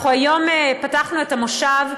אנחנו היום פתחנו את המושב,